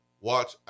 watch